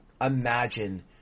imagine